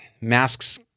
masks